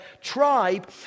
tribe